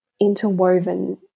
interwoven